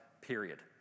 period